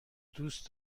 دوست